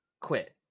quit